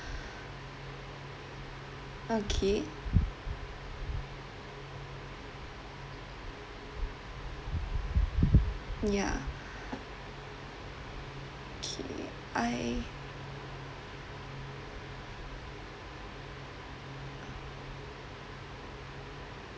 okay ya K I